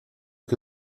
que